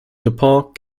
dupont